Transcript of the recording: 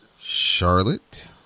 Charlotte